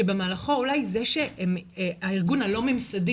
שבמהלכו אולי זה שהארגון הלא ממסדי,